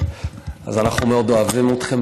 אנחנו מאוד אוהבים אתכם,